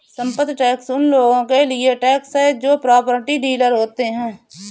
संपत्ति टैक्स उन लोगों के लिए टैक्स है जो प्रॉपर्टी डीलर होते हैं